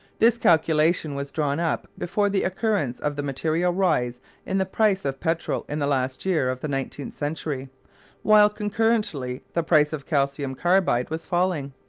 this calculation was drawn up before the occurrence of the material rise in the price of petrol in the last year of the nineteenth century while, concurrently, the price of calcium carbide was falling.